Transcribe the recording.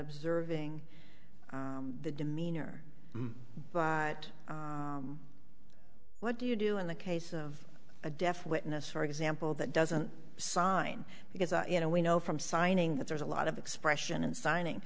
observing the demeanor but what do you do in the case of a deaf witness for example that doesn't sign because you know we know from signing that there's a lot of expression in signing